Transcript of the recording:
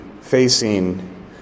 facing